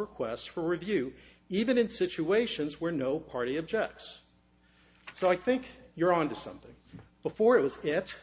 requests for review even in situations where no party objects so i think you're on to something before it was yet